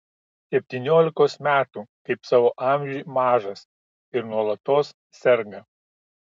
septyniolikos metų kaip savo amžiui mažas ir nuolatos serga